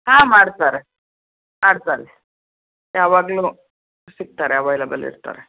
ಹಾಂ ಮಾಡ್ತಾರೆ ಮಾಡ್ತಾರೆ ಯಾವಾಗಲೂ ಸಿಗ್ತಾರೆ ಅವೈಲೆಬಲ್ ಇರ್ತಾರೆ